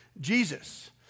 Jesus